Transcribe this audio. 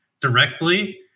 directly